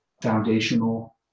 foundational